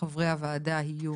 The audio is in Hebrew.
חברי הכנסת יהיו